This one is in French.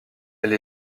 elle